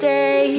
Stay